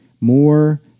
more